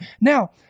now